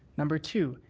number two,